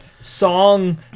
Song